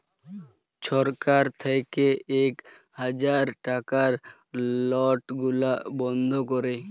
ছরকার থ্যাইকে ইক হাজার টাকার লট গুলা বল্ধ ক্যরে